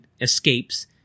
escapes